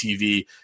TV